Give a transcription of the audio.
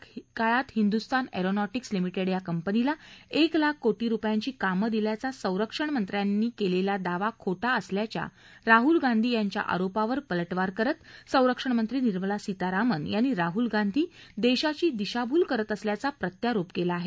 भाजपा सरकारच्या काळात Hindustan aeronautics limited या कंपनीला एक लाख कोटी रुपयांची कामं दिल्याचा संरक्षण मंत्र्यांनी केलेला दावा खोटा असल्याच्या राहूल गांधी यांच्या आरोपावर पलटवार करत संरक्षण मंत्री निर्मला सीतारामन यांनी राहूल गांधी देशाची दिशाभूल करत असल्याचा प्रत्यारोप केला आहे